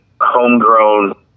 homegrown